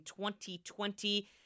2020